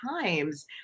times